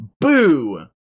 Boo